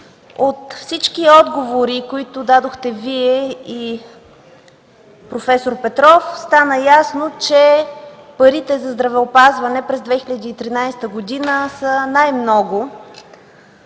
От всички отговори, които дадохте Вие и проф. Петров, стана ясно, че парите за здравеопазване през 2013 г. са най-много.